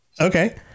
okay